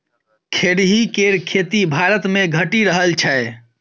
खेरही केर खेती भारतमे घटि रहल छै